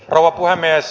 rouva puhemies